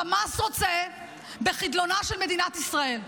חמאס רוצה בחדלונה של מדינת ישראל,